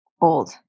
old